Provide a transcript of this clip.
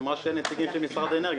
היא אמרה שאין נציגים של משרד האנרגיה.